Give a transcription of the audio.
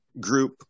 group